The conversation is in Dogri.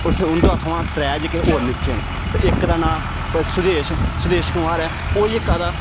होर फिर उ'न्दे थमां त्रैऽ जेह्के होर नि'क्के न ते इक दा नांऽ सुदेश सुदेश कुमार ऐ ओह् जेह्का तां